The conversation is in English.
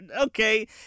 okay